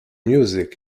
music